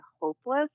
hopeless